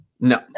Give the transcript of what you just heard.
No